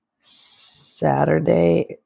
Saturday